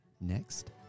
next